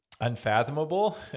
unfathomable